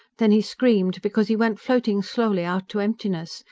then he screamed, because he went floating slowly out to emptiness,